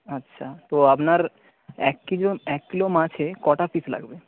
আচ্ছা তো আপনার এক কেজি এক কিলো মাছে কটা পিস লাগবে